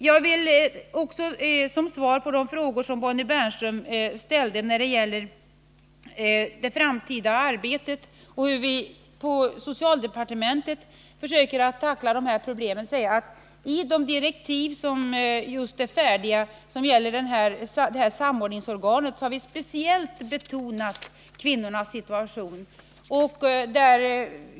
Jag vill också säga, som svar på de frågor Bonnie Bernström ställde när det gäller det framtida arbetet och hur vi på socialdepartementet försöker tackla problemet, att i de direktiv som nu är färdiga för samordningsorganet har vi speciellt betonat kvinnornas situation.